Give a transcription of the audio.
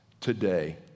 today